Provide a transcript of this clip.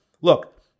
look